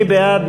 מי בעד?